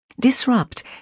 Disrupt